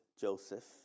Joseph